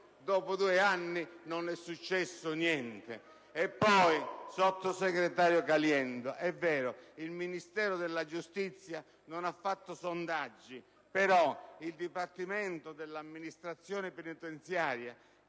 dopo due anni non è successo niente. Poi, sottosegretario Caliendo, è vero che il Ministero della giustizia non ha fatto sondaggi, però il Dipartimento dell'amministrazione penitenziaria,